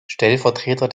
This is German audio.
stellvertreter